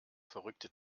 verrückte